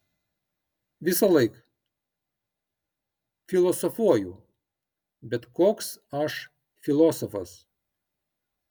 visąlaik filosofuoju bet koks aš filosofas